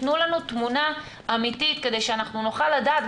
תנו לנו תמונה אמיתית כדי שנוכל לדעת,